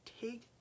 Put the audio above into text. take